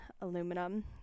aluminum